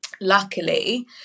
luckily